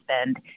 spend